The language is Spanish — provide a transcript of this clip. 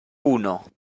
uno